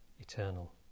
eternal